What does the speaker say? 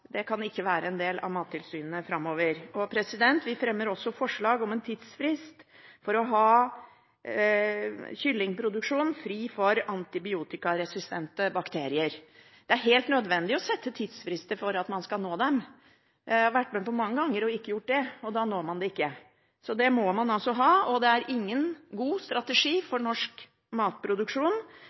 Det kan ikke være en del av Mattilsynet framover. Vi fremmer også forslag om en tidsfrist for å ha kyllingproduksjon fri for antibiotikaresistente bakterier. Det er helt nødvendig å sette tidsfrister for at man skal nå målet. Jeg har mange ganger vært med på ikke å gjøre det, og da når man ikke målet. En tidsfrist må man ha, og det er ingen god strategi for norsk matproduksjon